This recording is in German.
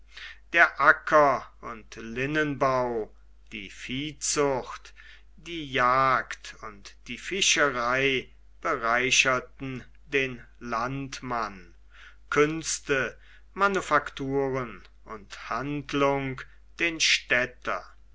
der acker und linnenbau die viehzucht die jagd und die fischerei bereicherten den landmann künste manufakturen und handlung den städter